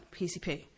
PCP